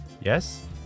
Yes